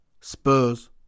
Spurs